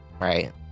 right